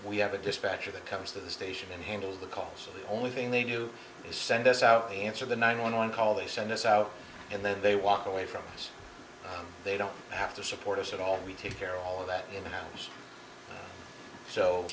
we have a dispatcher that comes to the station handles the calls only thing they do is send us out the answer the nine one one call they send us out and then they walk away from us they don't have to support us at all we take care all of that in the house so